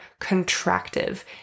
contractive